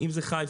אם זה חיפה,